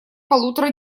полутора